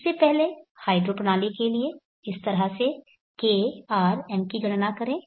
सबसे पहले हाइड्रो प्रणाली के लिए इस तरह से KRM की गणना करें